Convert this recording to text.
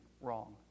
wrong